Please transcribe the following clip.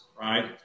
right